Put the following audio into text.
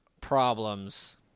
problems